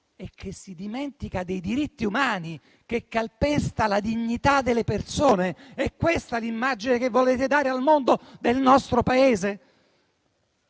si dimentica dei diritti umani e calpesta la dignità delle persone. È questa l'immagine che volete dare al mondo del nostro Paese?